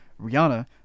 Rihanna